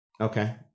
Okay